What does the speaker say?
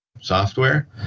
software